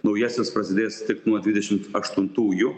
naujasis prasidės tik nuo dvidešimt aštuntųjų